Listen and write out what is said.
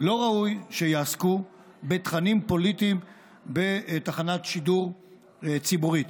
לא ראוי שיעסקו בתכנים פוליטיים בתחנת שידור ציבורית.